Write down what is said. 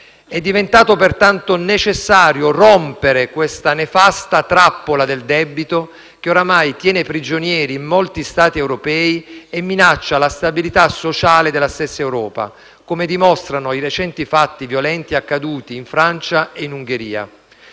È diventato pertanto necessario rompere questa nefasta trappola del debito, che oramai tiene prigionieri in molti Stati europei e minaccia la stabilità sociale della stessa Europa, come dimostrano i recenti fatti violenti accaduti in Francia e in Ungheria.